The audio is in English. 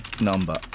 number